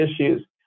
issues